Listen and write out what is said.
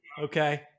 okay